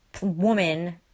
woman